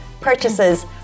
purchases